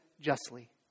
justly